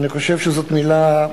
אני חושב שזאת מלה,